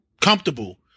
comfortable